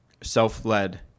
self-led